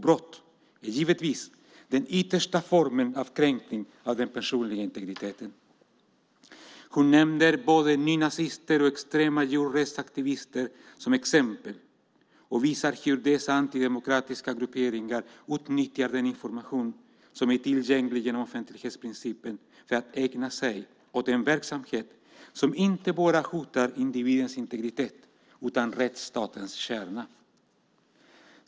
Brott är givetvis den yttersta formen av kränkning av den personliga integriteten. Hon nämner både nynazister och extrema djurrättsaktivister som exempel och visar hur dessa antidemokratiska grupperingar utnyttjar den information som är tillgänglig genom offentlighetsprincipen för att ägna sig åt en verksamhet som hotar inte bara individens integritet utan också rättsstatens kärna.